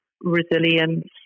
resilience